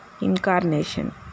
incarnation